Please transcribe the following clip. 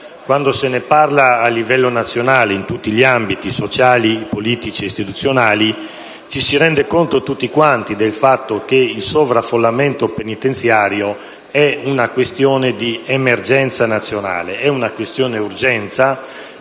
Quando se ne parla a livello nazionale - in tutti gli ambiti: sociali, politici ed istituzionali - ci si rende conto tutti quanti del fatto che il sovraffollamento penitenziario rappresenta un'emergenza nazionale, è una questione urgente